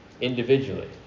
Individually